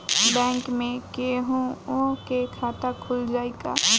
Bank में केहूओ के खाता खुल जाई का?